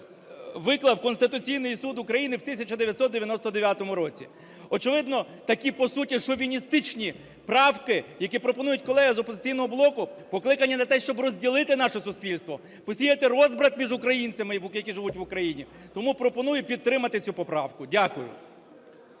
виклав Конституційний Суд України в 1999 році. Очевидно, такі по суті шовіністичні правки, які пропонують колеги з "Опозиційного блоку", покликані на те, щоб розділити наше суспільство, посіяти розбрат між українцями, які живуть в Україні. Тому пропоную підтримати цю поправку. Дякую.